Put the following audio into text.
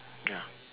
ya